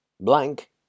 blank